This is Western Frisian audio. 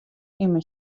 immen